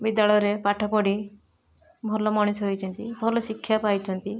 ବିଦ୍ୟାଳୟରେ ପାଠପଢ଼ି ଭଲ ମଣିଷ ହେଇଛନ୍ତି ଭଲ ଶିକ୍ଷ୍ୟା ପାଇଛନ୍ତି